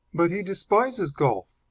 but he despises golf.